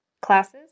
classes